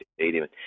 Stadium